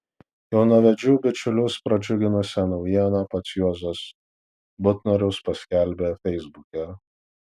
jaunavedžių bičiulius pradžiuginusią naujieną pats juozas butnorius paskelbė feisbuke